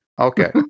Okay